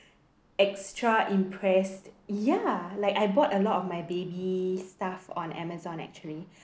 extra impressed ya like I bought a lot of my baby staff on Amazon actually